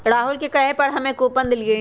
राहुल के कहे पर हम्मे कूपन देलीयी